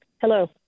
Hello